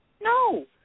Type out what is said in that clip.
No